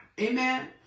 Amen